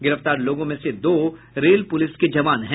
गिरफ्तार लोगों में से दो रेल पुलिस के जवान हैं